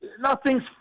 Nothing's